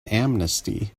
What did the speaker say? amnesty